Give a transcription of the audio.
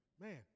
man